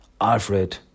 Alfred